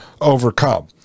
overcome